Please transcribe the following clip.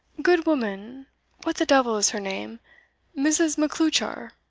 good woman what the d l is her name mrs. macleuchar!